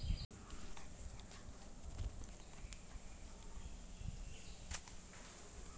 ಮಲೆನಾಡಿನ ರೈತರು ಮಡಕಿನಾ ಬೆಳಿತಾರ ಇದು ಲಾಭದಾಯಕ ಪಿಕ್